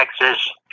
Texas